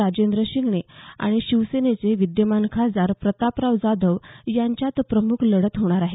राजेंद्र शिंगणे आणि शिवसेनेचे विद्यमान खासदार प्रतापराव जाधव यांच्यात प्रमुख लढत होणार आहे